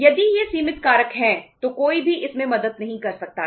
यदि ये सीमित कारक हैं तो कोई भी इसमें मदद नहीं कर सकता है